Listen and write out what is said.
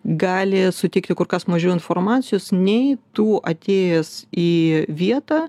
gali suteikti kur kas mažiau informacijos nei tų atėjęs į vietą